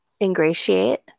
ingratiate